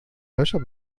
löcher